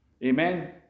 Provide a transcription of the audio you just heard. Amen